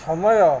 ଥମୟ